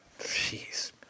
Jeez